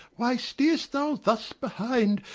why stay'st thou thus behind,